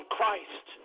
Christ